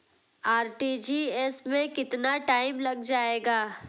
RTGS में कितना time लग जाएगा?